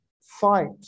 fight